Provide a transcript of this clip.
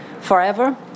forever